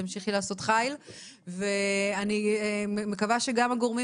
תמשיכי לעשות חייל ואני מקווה שגם הגורמים